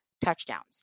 touchdowns